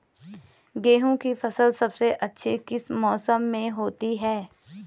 गेहूँ की फसल सबसे अच्छी किस मौसम में होती है